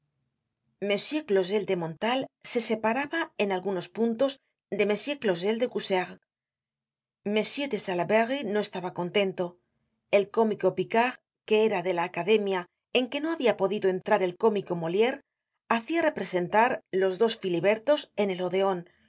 trinquelague m clausel de montais se separaba en algunos puntos de m clausel de coussergues m de salaberry no estaba contento el cómico picard que era de la academia en que no habia podido entrar el cómico moliere hacia representar los dos filibértos en el odeon en